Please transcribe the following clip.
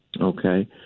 Okay